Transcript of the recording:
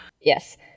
Yes